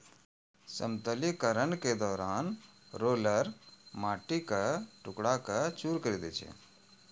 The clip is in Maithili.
समतलीकरण के दौरान रोलर माटी क टुकड़ा क चूर करी दै छै